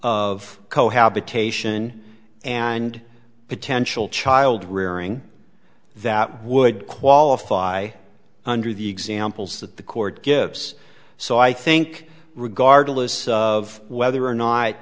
of cohabitation and potential child rearing that would qualify under the examples that the court gives so i think regardless of whether or not